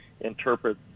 interpret